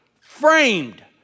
framed